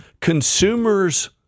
consumers –